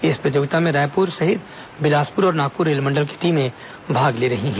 इस प्रतियोगिता में रायपुर सहित बिलासपुर और नागपुर रेल मंडल की टीमें भाग ले रही हैं